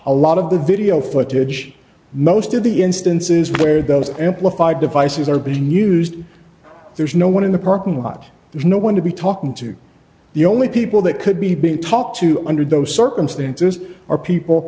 a lot of the video footage most of the instances where those amplified devices are being used there's no one in the parking lot there's no one to be talking to the only people that could be being talked to under those circumstances are people